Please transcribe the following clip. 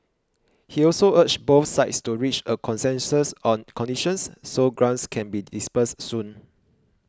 he also urged both sides to reach a consensus on conditions so grants can be disbursed soon